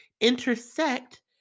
intersect